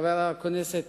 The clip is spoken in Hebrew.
חבר הכנסת